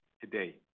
today